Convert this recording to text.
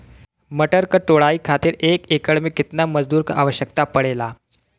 मटर क तोड़ाई खातीर एक एकड़ में कितना मजदूर क आवश्यकता पड़ेला?